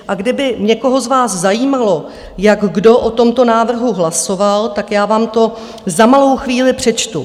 A kdyby někoho z vás zajímalo, jak kdo o tomto návrhu hlasoval, tak já vám to za malou chvíli přečtu.